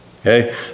Okay